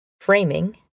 framing